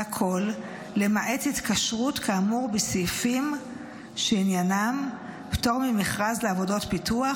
והכול למעט התקשרות כאמור בסעיפים שעניינם פטור ממכרז לעבודות פיתוח